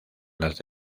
las